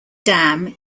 dam